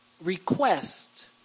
request